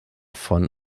von